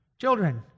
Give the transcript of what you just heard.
children